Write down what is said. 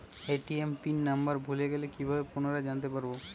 ATM pin number ভুলে গেলে কি ভাবে পুনরায় জানতে পারবো?